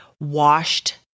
washed